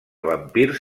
vampirs